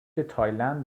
تایلند